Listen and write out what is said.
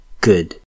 good